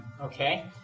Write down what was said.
okay